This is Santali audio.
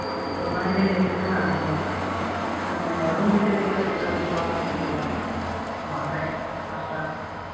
ᱦᱳᱭ ᱚᱱᱟ ᱜᱮᱞᱤᱧ ᱞᱟᱹᱭᱮᱫ ᱛᱟᱦᱮᱱᱟ ᱟᱫᱚ ᱢᱟᱱᱮ ᱨᱩᱢ ᱵᱷᱤᱛᱤᱨ ᱠᱚᱨᱮᱫ ᱪᱮᱫ ᱞᱮᱠᱟ ᱵᱤᱱ ᱦᱟᱛᱟᱣᱟ ᱟᱨ ᱵᱟᱦᱨᱮ ᱯᱟᱥᱴᱟ